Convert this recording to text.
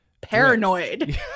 paranoid